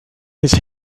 his